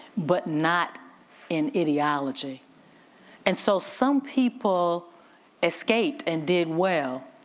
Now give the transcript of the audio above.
but not in ideology and so some people escaped and did well.